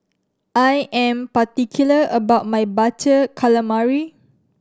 I am particular about my Butter Calamari